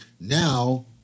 now